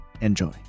Enjoy